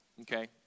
Okay